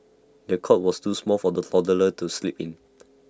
the cot was too small for the toddler to sleep in